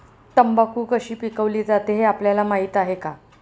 तंबाखू कशी पिकवली जाते हे आपल्याला माहीत आहे का?